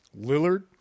Lillard